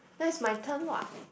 that's my turn what